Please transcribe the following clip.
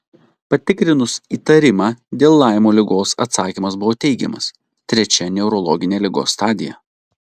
patikrinus įtarimą dėl laimo ligos atsakymas buvo teigiamas trečia neurologinė ligos stadija